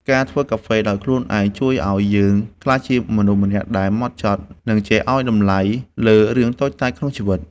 ការធ្វើកាហ្វេដោយខ្លួនឯងជួយឱ្យយើងក្លាយជាមនុស្សម្នាក់ដែលហ្មត់ចត់ និងចេះឱ្យតម្លៃលើរឿងតូចតាចក្នុងជីវិត។